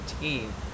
team